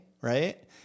right